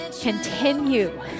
continue